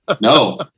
no